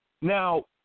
Now